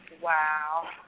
Wow